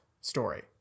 story